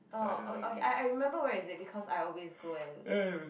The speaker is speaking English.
oh oh okay I I remember where is it because I always go and